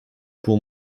pour